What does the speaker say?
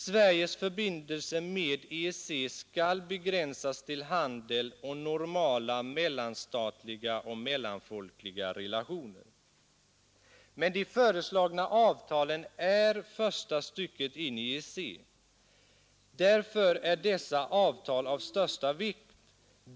Sveriges förbindelser med EEC skall begränsas till handel och normala mellanstatliga och mellanfolkliga relationer. avtal av största vikt.